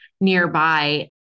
nearby